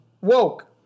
woke